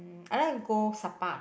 I like go Sapa